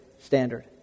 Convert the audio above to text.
standard